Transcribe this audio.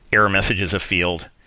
error messages of field,